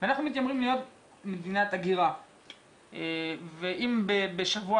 אנחנו מתיימרים להיות מדינת הגירה ואם בשבוע